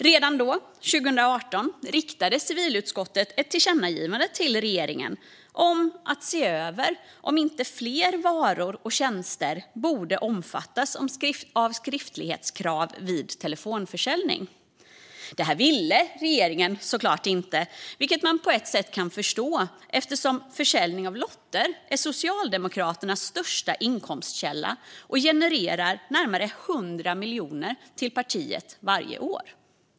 Redan då, 2018, riktade riksdagen på förslag av civilutskottet ett tillkännagivande till regeringen om att se över om inte fler varor och tjänster borde omfattas av skriftlighetskrav vid telefonförsäljning. Det här ville regeringen såklart inte göra, vilket man på ett sätt kan förstå eftersom försäljning av lotter är Socialdemokraternas största inkomstkälla och genererar närmare 100 miljoner till partiet varje år.